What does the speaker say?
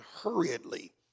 hurriedly